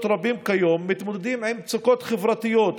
רבים מתמודדים כיום עם מצוקות חברתיות,